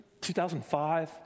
2005